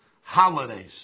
holidays